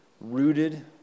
rooted